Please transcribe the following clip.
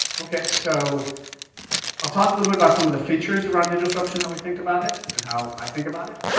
okay, so i'll talk a little bit about some of the features around digital disruption, how we think about it, and how i think about it.